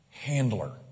Handler